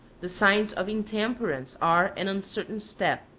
the signs of intemperance are an uncertain step,